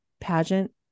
pageant